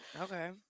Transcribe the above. okay